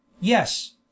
Yes